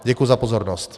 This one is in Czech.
Děkuji za pozornost.